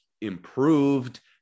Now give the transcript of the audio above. improved